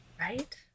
right